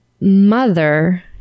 mother